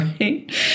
right